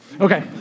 Okay